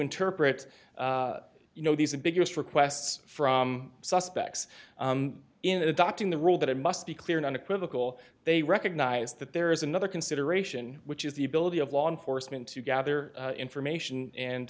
interpret you know these are biggest requests from suspects in adopting the rule that it must be clear and unequivocal they recognize that there is another consideration which is the ability of law enforcement to gather information and